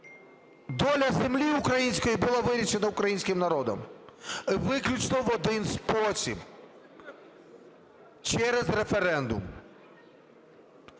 доля землі української була вирішена українським народом виключно в один спосіб – через референдум.